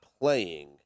playing